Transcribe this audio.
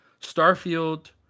Starfield